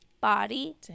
body